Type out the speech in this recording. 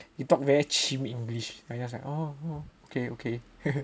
he talk very chim english then I just like oh okay okay